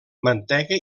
mantega